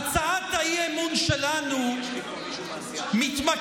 הצעת האי-אמון שלנו מתמקדת,